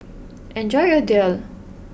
enjoy your Daal